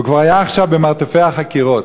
הוא כבר היה עכשיו במרתפי החקירות.